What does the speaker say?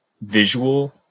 visual